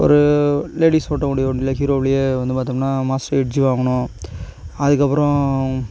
ஒரு லேடிஸ் ஓட்டக்கூடிய வண்டியில ஹீரோவுலையே வந்து பார்த்தோம்னா மாஸ்டர் எட்ஜி வாங்கினோம் அதுக்கப்பறம்